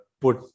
put